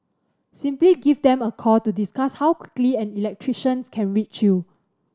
simply give them a call to discuss how quickly an electrician can reach you